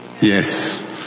Yes